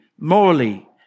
morally